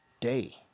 day